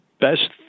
best